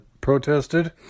protested